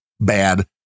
bad